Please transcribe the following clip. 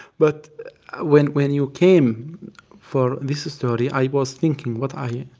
but when when you came for this story, i was thinking, what i